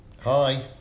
hi